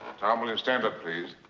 tom, will you stand up, please?